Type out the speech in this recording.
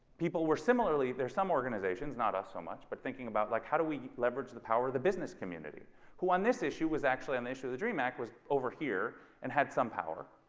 people were similarly there some organizations not us so much but thinking about like how do we leverage the power of the business community who on this issue was actually an issue the dream act was over here and had some power